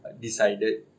decided